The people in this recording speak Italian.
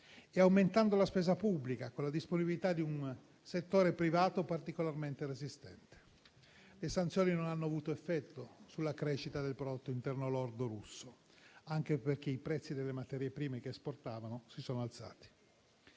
aumentando la spesa pubblica e con una disponibilità di un settore privato particolarmente resistente. Le sanzioni non hanno avuto effetto sulla crescita del prodotto interno lordo russo, anche perché i prezzi delle materie prime che esportavano si sono alzati.